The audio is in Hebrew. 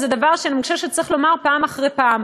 וזה דבר שאני מרגישה שצריך לומר פעם אחר פעם.